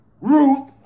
Ruth